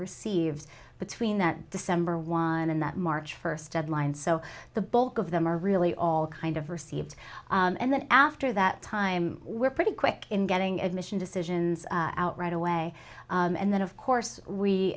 received between that december one and that march first deadline so the bulk of them are really all kind of received and then after that time we're pretty quick in getting admission decisions out right away and then of course we